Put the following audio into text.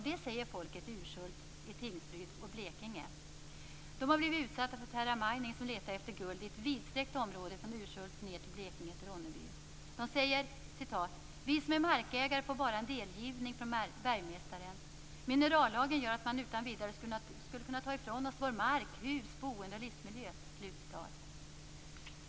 Det säger folket i Urshult, Tingsryd och Blekinge. De har blivit utsatta för Terra Mining som letar efter guld i ett vidsträckt område från Urshult ned till Ronneby i Blekinge. De säger: "Vi som är markägare får bara en delgivning från bergmästaren. Minerallagen gör att man utan vidare skulle kunna ta ifrån oss vår mark, hus, boende och livsmiljö."